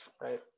Right